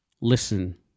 listen